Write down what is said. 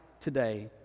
today